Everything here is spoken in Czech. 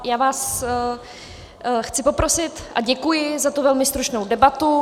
Já vás chci poprosit a děkuji za tu velmi stručnou debatu.